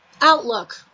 outlook